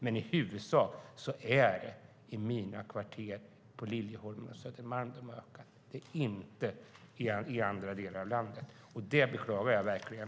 Men i huvudsak är det i mina kvarter i Liljeholmen och på Södermalm som de har ökat och inte i andra delar av landet. Det beklagar jag verkligen.